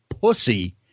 pussy